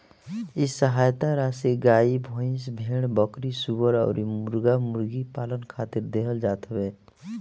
इ सहायता राशी गाई, भईस, भेड़, बकरी, सूअर अउरी मुर्गा मुर्गी पालन खातिर देहल जात हवे